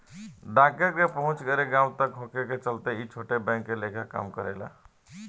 डाकघर के पहुंच हर एक गांव तक होखे के चलते ई छोट बैंक लेखा काम करेला